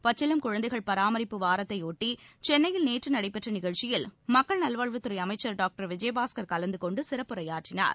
பச்சிளம் குழந்தைகள் பராமரிப்பு வாரத்தை ஒட்டி சென்னையில் நேற்று நடைபெற்ற நிகழ்ச்சியில் மக்கள் நல்வாழ்வுத்துறை அமைச்சர் டாக்டர் விஜயபாஸ்கர் கலந்து கொண்டு சிறப்புரையாற்றினார்